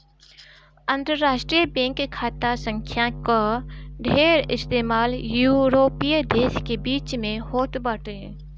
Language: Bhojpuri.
अंतरराष्ट्रीय बैंक खाता संख्या कअ ढेर इस्तेमाल यूरोपीय देस के बीच में होत बाटे